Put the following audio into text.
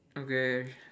okay